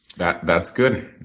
that's that's good.